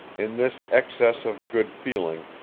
in this excess of good feeling,